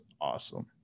awesome